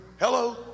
Hello